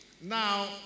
now